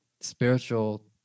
spiritual